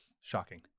Shocking